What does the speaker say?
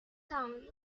town